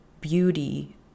beauty